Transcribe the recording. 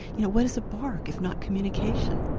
you know what is a bark, if not communication?